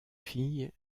fille